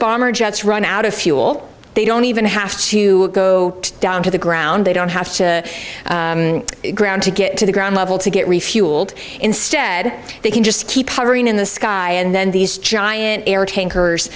bomber jets run out of fuel they don't even have to go down to the ground they don't have to ground to get to the ground level to get refueled instead they can just keep covering in the sky and then these giant air